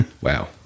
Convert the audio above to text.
Wow